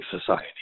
society